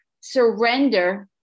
surrender